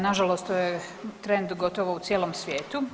Na žalost to je trend gotovo u cijelom svijetu.